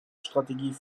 strategie